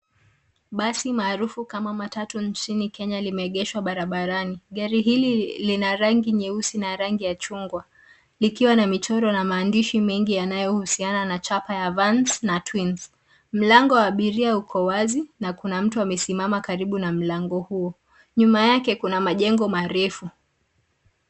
Basi maarufu kama matatu nchini Kenya limeegeshwa barabarani. Gari hili lina rangi nyeusi na rangi ya chungwa likiwa na michoro na maandishi mengi yanayohusiana na chapa ya Vans na Twins. Mlango wa abiria uko wazi na kuna mtu amesimama karibu na mlango huo. Nyuma yake kuna majengo marefu.